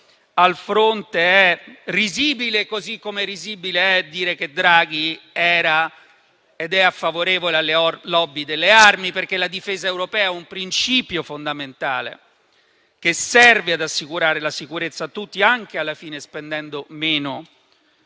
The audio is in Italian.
al fronte è risibile, così come risibile è dire che Draghi era ed è a favorevole alle lobby delle armi. La difesa europea è un principio fondamentale, che serve ad assicurare la sicurezza a tutti, anche, alla fine, spendendo meno